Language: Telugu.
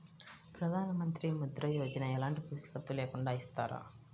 ప్రధానమంత్రి ముద్ర యోజన ఎలాంటి పూసికత్తు లేకుండా ఇస్తారా?